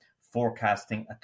forecasting